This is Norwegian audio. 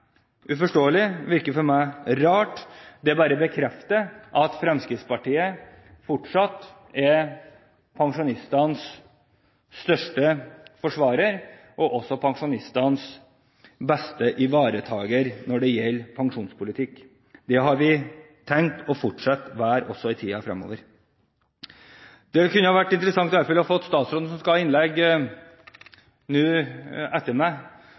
uforståelig, det virker rart, og det bare bekrefter at Fremskrittspartiet fortsatt er pensjonistenes største forsvarer og også pensjonistenes beste ivaretaker av pensjonspolitikk. Det har vi tenkt å fortsette med å være også i tiden fremover. Det kunne derfor vært interessant å få statsråden, som skal ha innlegg etter meg,